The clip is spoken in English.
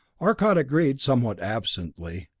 arcot agreed somewhat absently,